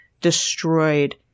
destroyed